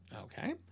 Okay